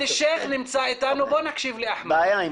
בעיה.